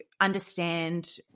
understand